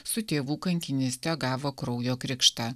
su tėvų kankinyste gavo kraujo krikštą